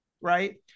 right